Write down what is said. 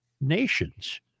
Nations